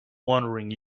wandering